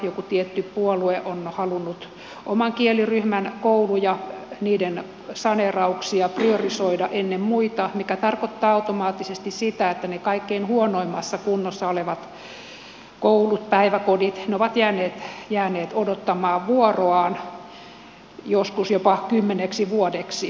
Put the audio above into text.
joku tietty puolue on halunnut oman kieliryhmän koulujen saneerauksia priorisoida ennen muita mikä tarkoittaa automaattisesti sitä että ne kaikkein huonoimmassa kunnossa olevat koulut ja päiväkodit ovat jääneet odottamaan vuoroaan joskus jopa kymmeneksi vuodeksi